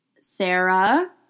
Sarah